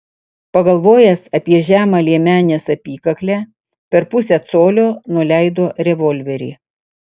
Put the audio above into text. pagalvojęs apie žemą liemenės apykaklę per pusę colio nuleido revolverį